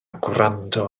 gwrando